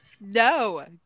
no